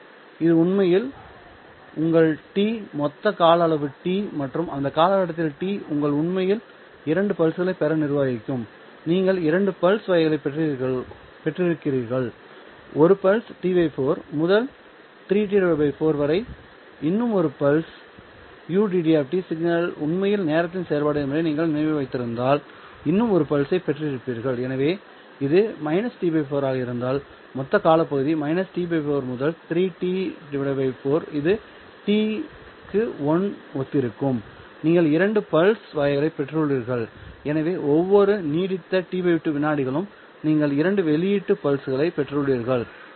எனவே இது உண்மையில் உங்கள் T மொத்த கால அளவு T மற்றும் அந்த காலகட்டத்தில் T நீங்கள் உண்மையில் இரண்டு பல்ஸ்களைப் பெற நிர்வகிக்கவும் நீங்கள் இரண்டு பல்ஸ் வகைகளைப் பெற்றீர்கள் ஒரு பல்ஸ் T 4 முதல் 3T 4 வரை இன்னும் ஒரு பல்ஸ் ud சிக்னல் உண்மையில் நேரத்தின் செயல்பாடு என்பதை நீங்கள் நினைவில் வைத்திருந்தால் இன்னும் ஒரு பல்ஸ் ஐ பெற்றிருப்பீர்கள் எனவே இது -T 4 ஆக இருந்தால் மொத்த காலப்பகுதியில் -T 4 முதல் 3T 4 இது T க்கு 1 ஒத்திருக்கும் நீங்கள் இரண்டு பல்ஸ் வகைகளைப் பெற்றுள்ளீர்கள் எனவே ஒவ்வொரு நீடித்த T 2 விநாடிகளும் நீங்கள் 2 வெளியீட்டு பல்ஸ்களைப் பெற்றுள்ளீர்கள்